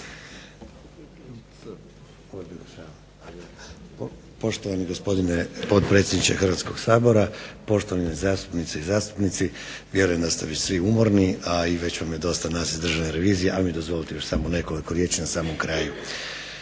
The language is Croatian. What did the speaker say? Poštovani gospodine potpredsjedniče Hrvatskog sabora, poštovane zastupnice i zastupnici. Vjerujem da ste već svi umorni a i već nam je dosta nas iz Državne revizije ali mi dozvolite još samo nekoliko riječi na samom kraju.